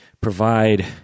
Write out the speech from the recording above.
provide